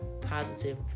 positive